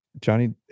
Johnny